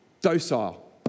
docile